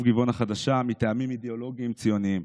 גבעון החדשה מטעמים אידיאולוגיים ציוניים.